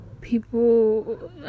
people